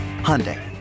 Hyundai